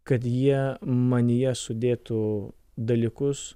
kad jie manyje sudėtų dalykus